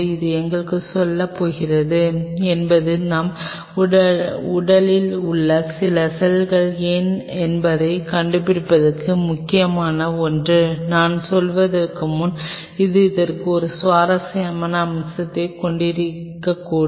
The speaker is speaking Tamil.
இது எங்கு செல்லப் போகிறது என்பது நம் உடலில் உள்ள சில செல்கள் ஏன் என்பதைக் கண்டுபிடிப்பதற்கு முக்கியமான ஒன்று நான் சொல்வதற்கு முன்பு இது இதற்கு ஒரு சுவாரஸ்யமான அம்சத்தைக் கொண்டிருக்கக்கூடும்